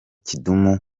kidum